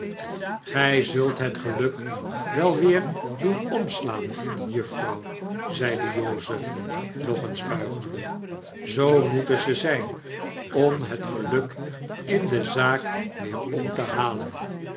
gry zult het geluk wel weer doen omslaan juffrouw zeide jozef nogeens buigende zoo moeten ze zyn om het geluk in de zaak weerom te halen